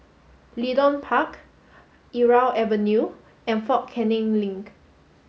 Leedon Park Irau Avenue and Fort Canning Link